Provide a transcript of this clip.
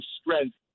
strength